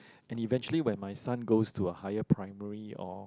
and eventually when my son goes to a higher primary or